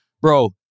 bro